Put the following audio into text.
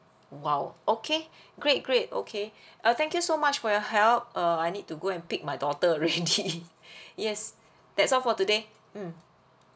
!wow! okay great great okay uh thank you so much for your help uh I need to go and pick my daughter already yes that's all for today mm